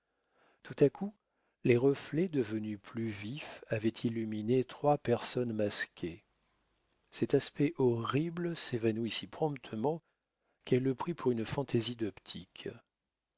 tout à coup les reflets devenus plus vifs avaient illuminé trois personnes masquées cet aspect horrible s'évanouit si promptement qu'elle le prit pour une fantaisie d'optique